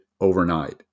overnight